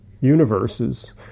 universes